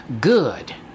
good